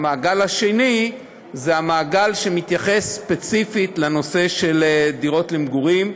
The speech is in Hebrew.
המעגל השני זה המעגל שמתייחס ספציפית לנושא של דירות למגורים.